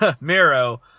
Miro